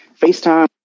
FaceTime